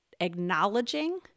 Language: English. acknowledging